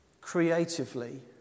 creatively